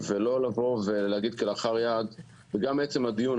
גם עצם הדיון,